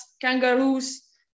kangaroos